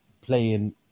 playing